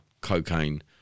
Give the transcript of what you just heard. cocaine